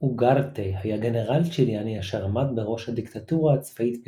אוגרטה היה גנרל צ'יליאני אשר עמד בראש הדיקטטורה הצבאית בצ'ילה,